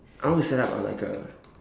I want to set up a like a